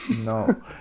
No